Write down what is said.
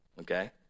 okay